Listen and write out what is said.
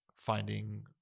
Finding